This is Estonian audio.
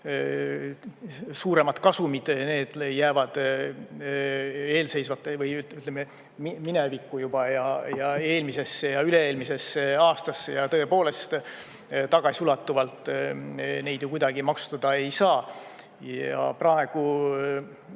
suuremad kasumid jäävad eelseisvate, või ütleme, minevikku juba, eelmisesse ja üle-eelmisesse aastasse, ja tõepoolest, tagasiulatuvalt neid ju kuidagi maksustada ei saa. Praegu